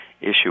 issue